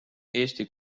eesti